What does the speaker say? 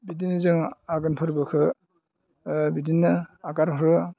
बिदिनो जोङो आघोन फोरबोखौ बिदिनो एंगार हरो